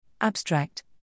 Abstract